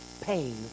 pain